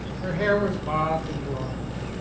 her hair was bobbed and blonde,